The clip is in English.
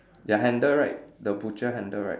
the handle right the butcher handle right